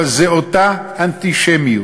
אבל זו אותה אנטישמיות.